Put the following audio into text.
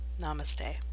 Namaste